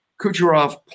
Kucherov